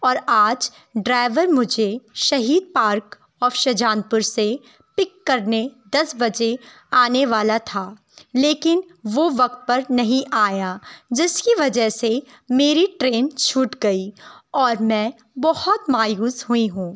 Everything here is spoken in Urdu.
اور آج ڈرائیور مجھے شہید park of Shahjahanpur سے پک کرنے دس بجے آنے والا تھا لیکن وہ وقت پر نہیں آیا جس کی وجہ سے میری ٹرین چھوٹ گئی اور میں بہت مایوس ہوئی ہوں